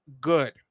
good